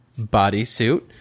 bodysuit